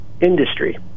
industry